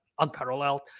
Unparalleled